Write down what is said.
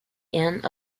end